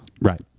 Right